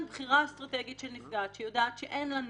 בחירה אסטרטגית של נפגעת שיודעת שאין לה נזק,